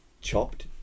chopped